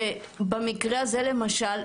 שבמקרה הזה למשל,